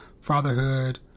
fatherhood